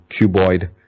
cuboid